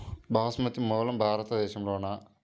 బాస్మతి మూలం భారతదేశంలోనా?